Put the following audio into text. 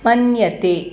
मन्यते